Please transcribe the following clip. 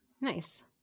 Nice